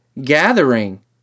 Gathering